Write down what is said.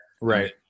Right